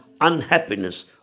unhappiness